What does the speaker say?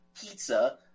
pizza